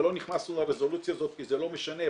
ולא נכנסנו לרזולוציה הזאת כי זה לא משנה.